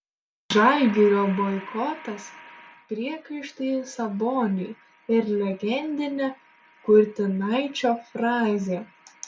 žalgirio boikotas priekaištai saboniui ir legendinė kurtinaičio frazė